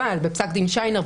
אבל בפסק דין שיינר,